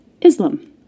Islam